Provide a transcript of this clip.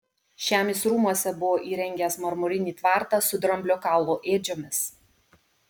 šiam jis rūmuose buvo įrengęs marmurinį tvartą su dramblio kaulo ėdžiomis